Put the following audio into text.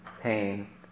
pain